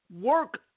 Work